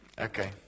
okay